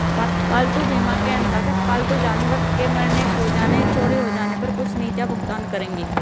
पालतू बीमा के अंतर्गत पालतू जानवर के मरने, खो जाने, चोरी हो जाने पर कुछ नीतियां भुगतान करेंगी